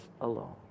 alone